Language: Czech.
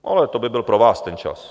Ale to by byl pro vás ten čas.